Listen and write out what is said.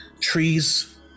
Trees